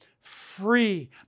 free